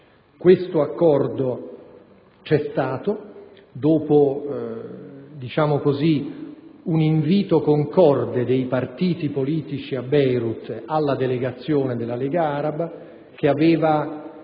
Tale accordo vi è stato, dopo un invito concorde dei partiti politici a Beirut alla delegazione della Lega araba, che aveva